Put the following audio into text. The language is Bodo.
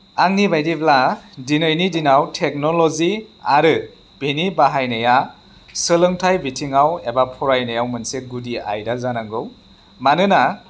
आंनि बायदिब्ला दिनैनि दिनाव टेक्न'ल'जि आरो बेनि बाहायनाया सोलोंथाइ बिथिङाव एबा फरायनायाव मोनसे गुदि आयदा जानांगौ मानोना